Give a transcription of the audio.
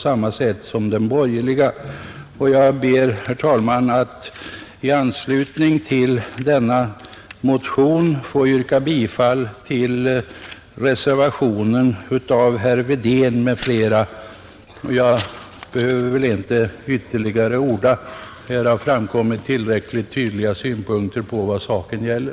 Jag ber, herr talman, att i anslutning till denna motion få yrka bifall till reservationen av herr Wedén m.fl. Jag behöver inte ytterligare orda, ty här har framkommit tillräckligt tydliga synpunkter på vad saken gäller.